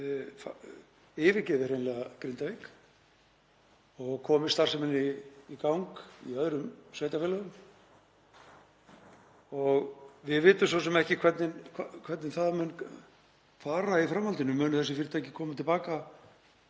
yfirgefið Grindavík og komið starfseminni í gang í öðrum sveitarfélögum. Við vitum svo sem ekki hvernig það mun fara í framhaldinu. Munu þessi fyrirtæki komi til baka